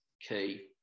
key